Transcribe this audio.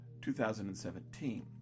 2017